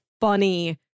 funny